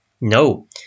no